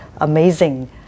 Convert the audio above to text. amazing